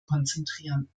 konzentrieren